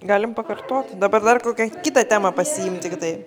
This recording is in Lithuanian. galim pakartoti dabar dar kokią kitą temą pasiimt tiktai